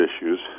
issues